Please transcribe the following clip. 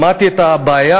שמעתי את הבעיה,